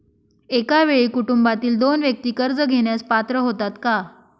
एका वेळी कुटुंबातील दोन व्यक्ती कर्ज घेण्यास पात्र होतात का?